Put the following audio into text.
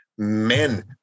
men